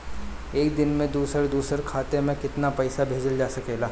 एक दिन में दूसर दूसर खाता में केतना पईसा भेजल जा सेकला?